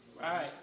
Right